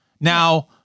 Now